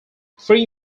three